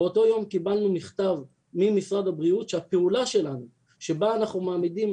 באותו יום קיבלנו מכתב ממשרד הבריאות שהפעולה שלנו שבה אנחנו מעמידים